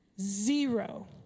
Zero